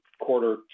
quarter